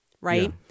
right